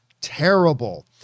Terrible